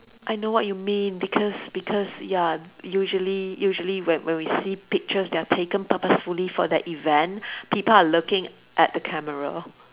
I know what you mean because because ya usually usually when when we see pictures that are taken purposefully for the event people are looking at the camera